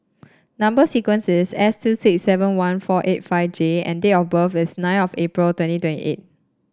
number sequence is S two six seven one four eight five J and date of birth is nine of April twenty twenty eight